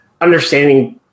understanding